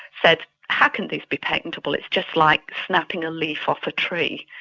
said, how can this be patentable? it's just like snapping a leaf off a tree.